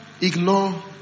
ignore